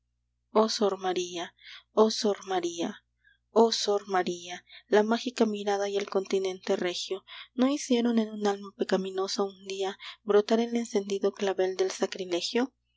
sor maría oh sor maría oh sor maría la mágica mirada y el continente regio no hicieron en un alma pecaminosa un día brotar el encendido clavel del sacrilegio y